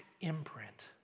imprint